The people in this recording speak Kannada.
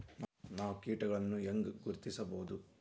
ನಾವ್ ಕೇಟಗೊಳ್ನ ಹ್ಯಾಂಗ್ ಗುರುತಿಸೋದು?